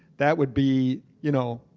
that would be, you know,